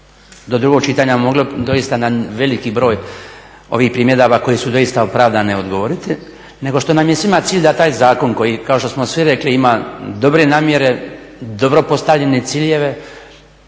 do drugog čitanja moglo doista na veliki broj ovih primjedaba koje su doista opravdane odgovoriti nego što nam je svima cilj da taj zakon koji kao što smo svi rekli ima dobre namjere, dobro postavljene ciljeve